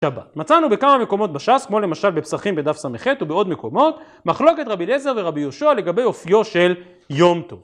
מצאנו בכמה מקומות בש"ס, כמו למשל בפסחים בדף סח, ובעוד מקומות, מחלוקת רבי אליעזר ורבי יהושע לגבי אופיו של יום טוב